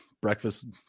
breakfast